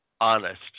honest